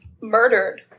murdered